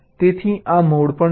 તેથી આ મોડ પણ છે